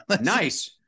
nice